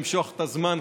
למשוך את הזמן,